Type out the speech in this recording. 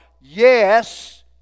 yes